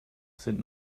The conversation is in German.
sind